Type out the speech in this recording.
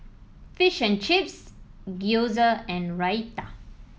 Fish and Chips Gyoza and Raita